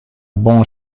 bon